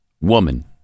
Woman